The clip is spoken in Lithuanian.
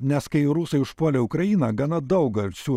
nes kai rusai užpuolė ukrainą gana daug garsių